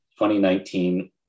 2019